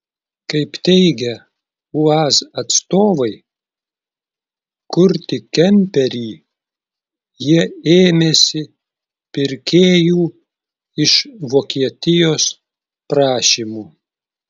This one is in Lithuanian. kaip teigia uaz atstovai kurti kemperį jie ėmėsi pirkėjų iš vokietijos prašymu